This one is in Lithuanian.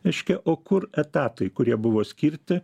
reiškia o kur etatai kurie buvo skirti